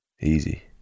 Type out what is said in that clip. Easy